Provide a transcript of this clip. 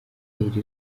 iri